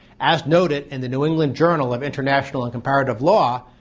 as noted in the new england journal of international and comparative law,